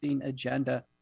agenda